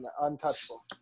untouchable